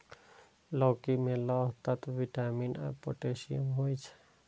लौकी मे लौह तत्व, विटामिन आ पोटेशियम होइ छै